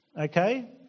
okay